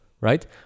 right